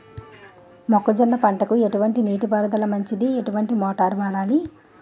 మొక్కజొన్న పంటకు ఎటువంటి నీటి పారుదల మంచిది? ఎటువంటి మోటార్ వాడాలి?